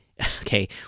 okay